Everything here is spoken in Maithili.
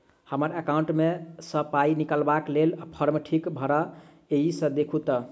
हम्मर एकाउंट मे सऽ पाई निकालबाक लेल फार्म ठीक भरल येई सँ देखू तऽ?